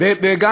אנחנו צריכים.